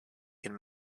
can